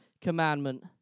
commandment